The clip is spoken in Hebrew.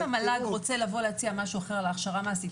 אם המל"ג רוצה להציע משהו אחר על ההכשרה המעשית,